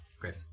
Great